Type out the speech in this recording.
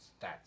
stats